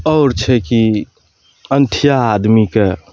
आओर छै की अनठिया आदमीके